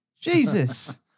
Jesus